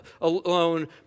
alone